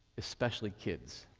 especially kids.